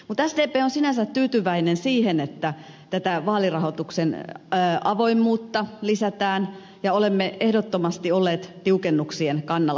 mutta sdp on sinänsä tyytyväinen siihen että vaalirahoituksen avoimuutta lisätään ja olemme ehdottomasti olleet tiukennuksien kannalla